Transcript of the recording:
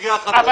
או קריאה חדשה.